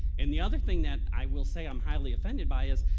and the other thing that i will say i'm highly offended by is,